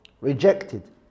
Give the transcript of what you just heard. Rejected